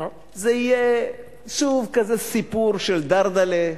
זה יהיה שוב כזה סיפור של "דרדלה",